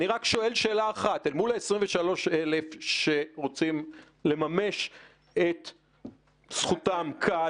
אני שואל רק שאלה אחת: אל מול ה-23,000 שרוצים לממש את זכותם כאן,